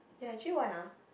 ya actually why ah